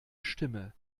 stimme